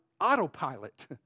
autopilot